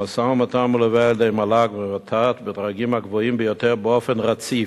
המשא-ומתן מלווה על-ידי מל"ג וות"ת בדרגים הגבוהים ביותר באופן רציף.